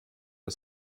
der